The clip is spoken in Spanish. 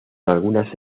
algunas